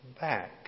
back